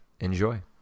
Enjoy